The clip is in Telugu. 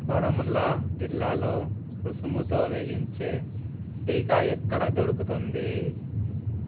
బారాముల్లా జిల్లాలో రుసుముతో వేయించే టీకా ఎక్కడ దొరుకుతుంది